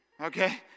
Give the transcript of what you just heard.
Okay